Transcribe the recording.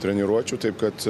treniruočių taip kad